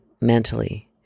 mentally